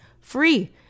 free